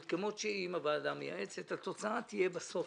כמות שהיא עם הוועדה המייעצת התוצאה תהיה בסוף